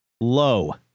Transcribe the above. low